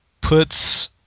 puts